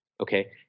okay